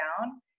down